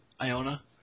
Iona